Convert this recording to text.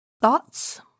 Thoughts